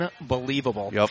unbelievable